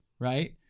right